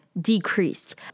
decreased